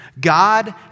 God